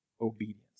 obedience